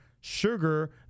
sugar